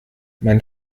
mein